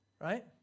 right